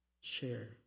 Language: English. share